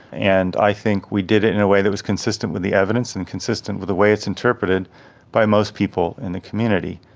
and i think we did it in a way that was consistent with the evidence and consistent with the way it's interpreted by most people in the community.